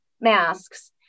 masks